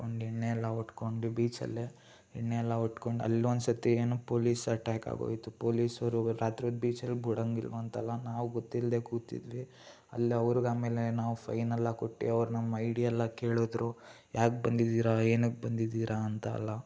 ಎಣ್ಣೆ ಎಲ್ಲ ಹೊಡ್ಕೊಂಡು ಬೀಚಲ್ಲೇ ಎಣ್ಣೆ ಎಲ್ಲ ಹೊಡ್ಕೊಂಡು ಅಲ್ಲೊಂದ್ಸತಿ ಏನು ಪೊಲೀಸ್ ಅಟ್ಯಾಕಾಗೋಯ್ತು ಪೊಲೀಸರು ರಾತ್ರಿ ಹೊತ್ತು ಬೀಚಲ್ಲಿ ಬಿಡೋಂಗಿಲ್ವಂತಲ್ಲ ನಾವು ಗೊತ್ತಿಲ್ದೇ ಕೂತಿದ್ವಿ ಅಲ್ಲಿ ಅವ್ರಿಗೆ ಆಮೇಲೆ ನಾವು ಫೈನ್ ಎಲ್ಲ ಕೊಟ್ಟು ಅವ್ರು ನಮ್ಮ ಐ ಡಿ ಎಲ್ಲ ಕೇಳಿದ್ರು ಯಾಕೆ ಬಂದಿದ್ದೀರಿ ಏನಕ್ಕೆ ಬಂದಿದ್ದೀರಿ ಅಂತ ಎಲ್ಲ